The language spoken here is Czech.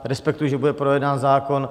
Respektuji, že bude projednán zákon.